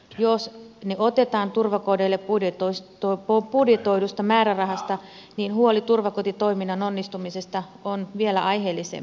jos ne otetaan turvakodeille budjetoidusta määrärahasta niin huoli turvakotitoiminnan onnistumisesta on vielä aiheellisempi